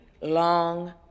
long